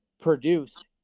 produced